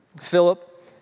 Philip